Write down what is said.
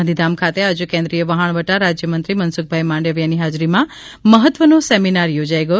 ગાંધીધામ ખાતે આજે કેન્દ્રીય વહાણવટા રાજ્યમંત્રી મનસુખભાઈ માંડવીયાની હાજરીમાં મહત્વનો સેમિનાર યોજાઈ ગયો